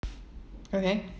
okay